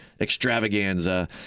extravaganza